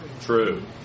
True